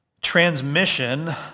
transmission